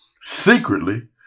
Secretly